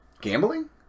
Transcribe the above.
gambling